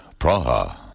Praha